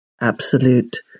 absolute